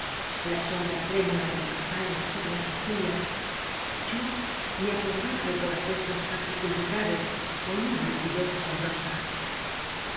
la sombra trémula de las pestañas sobre las mejillas yo me apoderaba de todas estas particularidades con una lucidez asombrosa